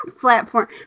platform